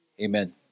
Amen